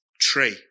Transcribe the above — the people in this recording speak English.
tree